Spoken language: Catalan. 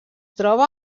troba